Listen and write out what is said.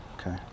okay